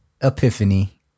Epiphany